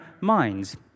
minds